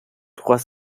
trois